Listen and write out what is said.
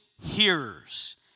hearers